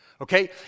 Okay